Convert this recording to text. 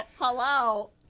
Hello